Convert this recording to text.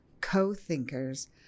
co-thinkers